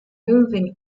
moving